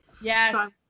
Yes